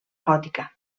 gòtica